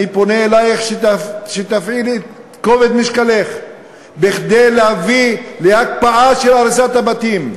אני פונה אלייך שתפעילי את כובד משקלך כדי להביא להקפאה של הריסת הבתים,